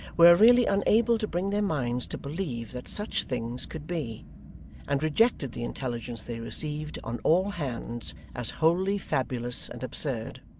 were really unable to bring their minds to believe that such things could be and rejected the intelligence they received on all hands, as wholly fabulous and absurd.